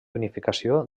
unificació